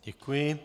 Děkuji.